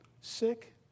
Sick